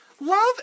Love